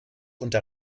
unter